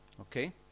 Okay